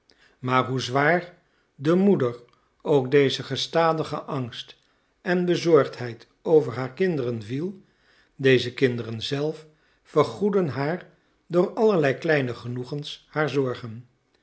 maar hoe zwaar der moeder ook deze gestadige angst en bezorgdheid over haar kinderen viel deze kinderen zelf vergoedden haar door allerlei kleine genoegens haar zorgen